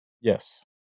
Yes